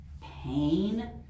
pain